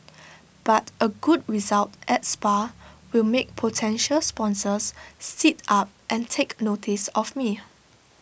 but A good result at spa will make potential sponsors sit up and take notice of me